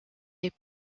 est